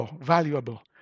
valuable